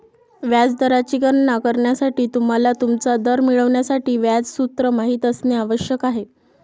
व्याज दराची गणना करण्यासाठी, तुम्हाला तुमचा दर मिळवण्यासाठी व्याज सूत्र माहित असणे आवश्यक आहे